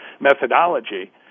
methodology